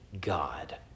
God